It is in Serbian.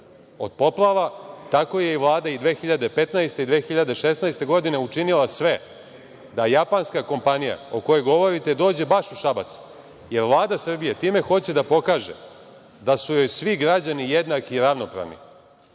od poplava, tako je Vlada 2015. i 2016. godine učinila sve da japanska kompanija o kojoj govorite dođe baš u Šabac, jer Vlada Srbije time hoće da pokaže da su joj svi građani jednaki i ravnopravni,